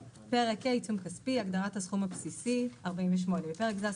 48.הגדרת הסכום הבסיסי בפרק זה,